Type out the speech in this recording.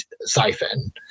siphon